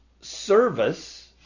service